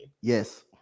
Yes